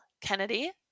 Kennedy